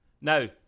Now